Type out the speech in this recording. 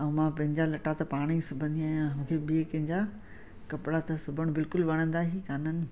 ऐं मां पंहिंजा लटा त पाण ई सिबंदी आहियां मूंखे ॿिए कंहिंजा कपिड़ा त सिबण बिल्कुलु वणंदा ई कोन्हनि